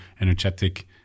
energetic